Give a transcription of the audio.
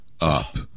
up